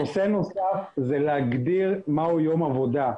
נושא נוסף זה להגדיר מהו יום עבודה,